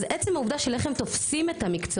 אז עצם העובדה של איך הם תופסים את המקצוע,